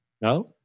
No